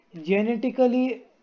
genetically